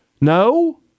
No